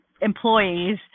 employees